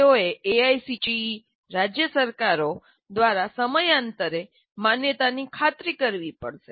તેઓએ એઆઈસીટીઇ રાજ્ય સરકારો જે જરૂરી છે દ્વારા સમયાંતરે માન્યતાની ખાતરી કરવી પડશે